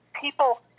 people